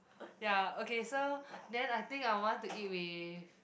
ya okay so then I think I want to eat with